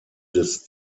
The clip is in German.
des